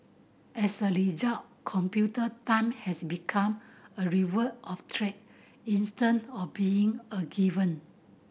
as a result computer time has become a reward of treat instead of being a given